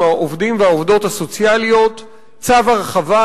העובדים והעובדות הסוציאליים צו הרחבה,